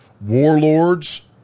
warlords